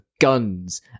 guns